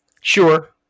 Sure